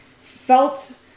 felt